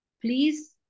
Please